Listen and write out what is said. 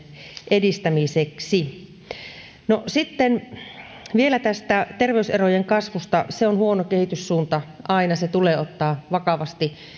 edistämiseksi sitten vielä tästä terveyserojen kasvusta se on huono kehityssuunta aina se tulee ottaa vakavasti